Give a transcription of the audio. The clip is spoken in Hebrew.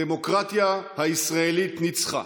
הדמוקרטיה הישראלית ניצחה.